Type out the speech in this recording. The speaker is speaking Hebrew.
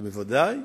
באוצר, ובוודאי